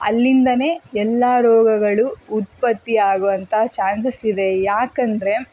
ಅಲ್ಲಿಂದಲೇ ಎಲ್ಲ ರೋಗಗಳು ಉತ್ಪತ್ತಿ ಆಗುವಂತಹ ಚಾನ್ಸಸ್ ಇದೆ ಯಾಕೆಂದ್ರೆ